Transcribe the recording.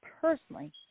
personally